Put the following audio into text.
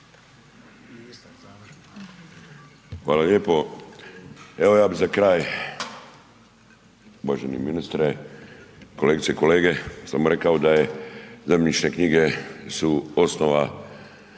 Hvala lijepo. Evo ja bih za kraj, uvaženi ministre, kolegice i kolege, samo rekao da je zemljišne knjige su osnova,